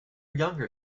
younger